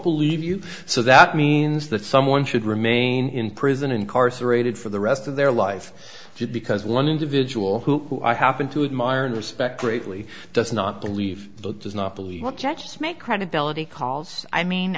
believe you so that means that someone should remain in prison incarcerated for the rest of their life just because one individual who i happen to admire and respect greatly does not believe does not believe what judges make credibility calls i mean